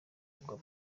rwa